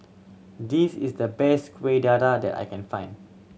this is the best Kuih Dadar that I can find